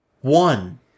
one